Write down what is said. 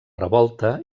revolta